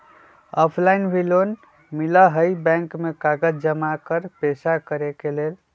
Offline भी loan मिलहई bank में कागज जमाकर पेशा करेके लेल?